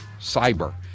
Cyber